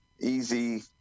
easy